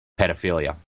pedophilia